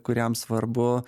kuriam svarbu